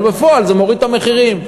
אבל בפועל זה מוריד את המחירים.